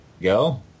go